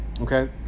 okay